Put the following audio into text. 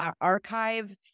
archive